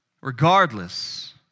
regardless